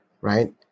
right